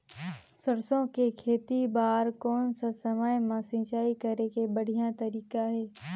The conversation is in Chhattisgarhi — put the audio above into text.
सरसो के खेती बार कोन सा समय मां सिंचाई करे के बढ़िया तारीक हे?